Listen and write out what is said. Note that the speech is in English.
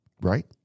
right